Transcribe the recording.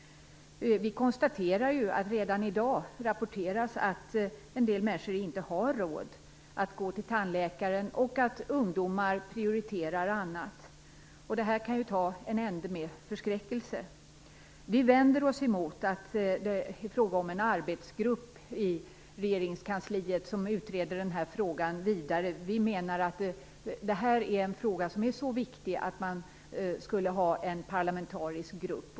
Vi konstaterar att det redan i dag rapporteras att en del människor inte har råd att gå till tandläkaren och att ungdomar prioriterar annat. Detta kan ta en ände med förskräckelse. Vi vänder oss emot att det är en arbetsgrupp i regeringskansliet som utreder den här frågan vidare. Vi menar att det här är en så viktig fråga att man borde ha en parlamentarisk grupp.